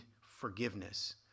forgiveness